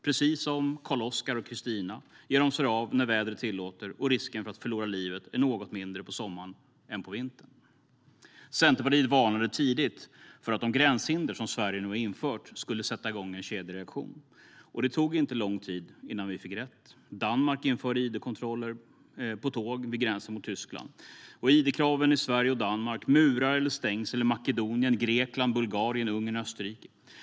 Precis som Karl-Oskar och Kristina gjorde ger de sig av när vädret tillåter, och risken för att förlora livet är något lägre under sommaren än under vintern. Centerpartiet varnade tidigt för att de gränshinder Sverige nu har infört skulle sätta igång en kedjereaktion. Det tog inte lång tid innan vi fick rätt. Danmark införde id-kontroller på tåg vid gränsen mot Tyskland. Det är en enorm sorg att se hur Europa sluter sig, med id-kraven i Sverige och Danmark, murar eller stängsel i Makedonien, Grekland, Bulgarien, Ungern och Österrike.